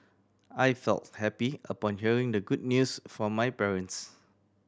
I felt happy upon hearing the good news from my parents